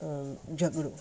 अ झगड़ो